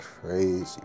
crazy